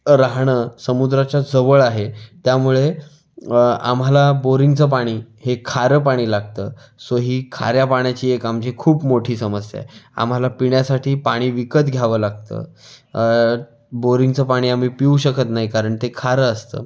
राहणं समुद्राच्या जवळ आहे त्यामुळे आम्हाला बोरिंगचं पाणी हे खारं पाणी लागतं सो ही खाऱ्या पाण्याची एक आमची खूप मोठी समस्या आहे आम्हाला पिण्यासाठी पाणी विकत घ्यावं लागतं बोरिंगचं पाणी आम्ही पिऊ शकत नाही कारण ते खारं असतं